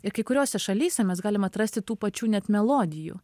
ir kai kuriose šalyse mes galime atrasti tų pačių net melodijų